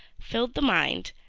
filled the mind,